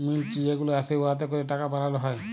মিল্ট যে গুলা আসে উয়াতে ক্যরে টাকা বালাল হ্যয়